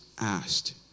asked